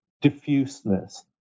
diffuseness